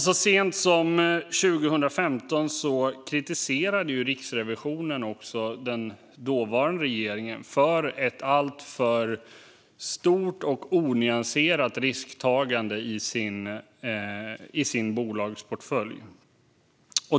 Så sent som 2015 kritiserade Riksrevisionen den dåvarande regeringen för ett alltför stort och onyanserat risktagande i regeringens bolagsportfölj.